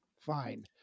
Fine